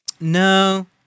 No